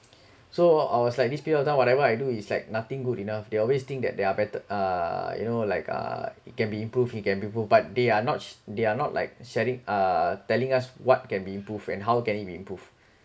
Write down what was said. so I was like this period of time whatever I do is like nothing good enough they always think that they are better uh you know like uh it can be improve it can be improve but they are not sh~ they are not like sharing uh telling us what can be improved and how can you be improved